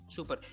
Super